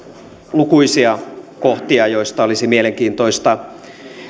lukuisia kohtia joista olisi mielenkiintoista